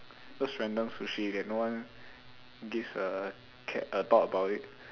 those random sushi that no one gives a ca~ a thought about it